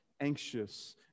anxious